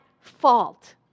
fault